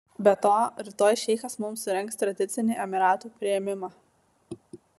be to rytoj šeichas mums surengs tradicinį emyratų priėmimą